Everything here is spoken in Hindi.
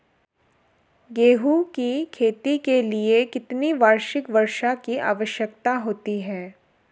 गेहूँ की खेती के लिए कितनी वार्षिक वर्षा की आवश्यकता होती है?